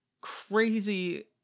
crazy